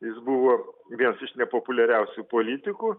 jis buvo vienas iš nepopuliariausių politikų